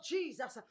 Jesus